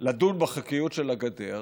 לדון בחוקיות של הגדר,